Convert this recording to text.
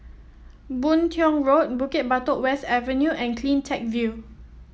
Boon Tiong Road Bukit Batok West Avenue and CleanTech View